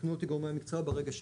יתקנו אותי גורמי המקצוע ברגע שאטעה.